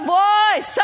voice